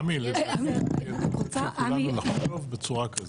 עמי לטעמי --- שכולנו נחשוב בצורה כזאת.